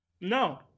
No